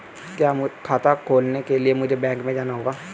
क्या खाता खोलने के लिए मुझे बैंक में जाना होगा?